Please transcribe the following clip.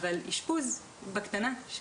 אבל אשפוז בקטנה,